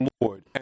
Lord